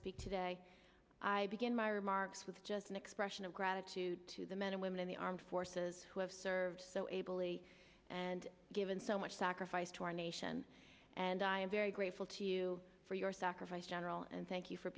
speak today i begin my remarks with just an expression of gratitude to the men and women in the armed forces who have served so ably and given so much sacrifice to our nation and i am very grateful to you for your sacrifice general and thank you for